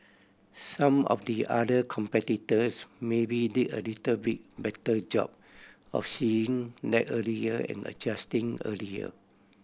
some of the other competitors maybe did a little bit better job of seeing that earlier and adjusting earlier